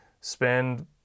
spend